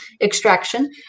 extraction